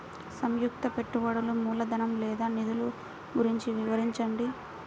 సంయుక్త పెట్టుబడులు మూలధనం లేదా నిధులు గురించి వివరించండి?